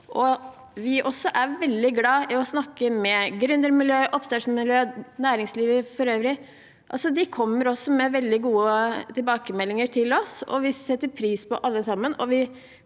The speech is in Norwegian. Vi er også veldig glad i å snakke med gründermiljøer, oppstartsmiljøer og næringslivet for øvrig. De kommer også med veldig gode tilbakemeldinger til oss. Vi setter pris på alle sammen,